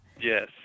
Yes